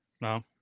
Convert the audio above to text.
No